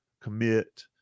commit